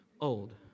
old